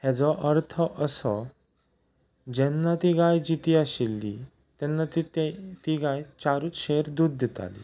हाजो अर्थ असो जेन्ना ती गाय जिती आशिल्ली तेन्ना तिका ती गाय चारूच शेर दूद दिताली